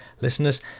Listeners